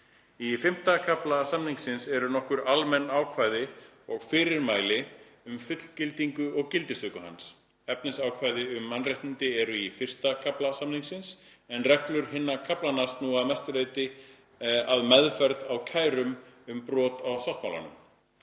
Í V. kafla samningsins eru nokkur almenn ákvæði og fyrirmæli um fullgildingu og gildistöku hans. Efnisákvæði um mannréttindi eru í I. kafla samningsins, en reglur hinna kaflanna snúa að mestu að meðferð á kærum um brot á sáttmálanum.